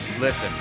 Listen